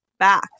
back